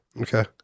Okay